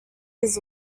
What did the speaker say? his